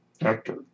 actor